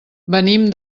venim